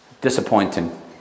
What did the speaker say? Disappointing